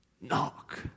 knock